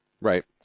Right